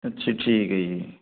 ਅੱਛਾ ਠੀਕ ਹੈ ਜੀ